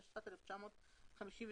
התשי"ט-1959".